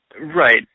Right